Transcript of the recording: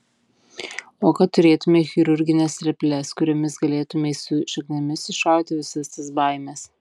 o kad turėtumei chirurgines reples kuriomis galėtumei su šaknimis išrauti visas tas baimes